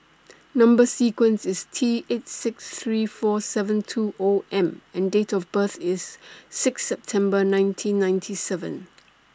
Number sequence IS T eight six three four seven two O M and Date of birth IS Sixth September nineteen ninety seven